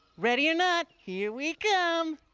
ready or not, here we come.